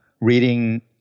reading